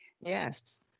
yes